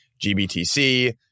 GBTC